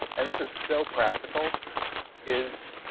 and this is so practical is